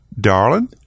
darling